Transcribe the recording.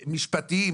משפטים,